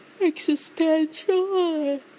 existential